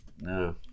No